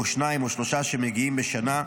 שניים או שלושה שמגיעים בשנה.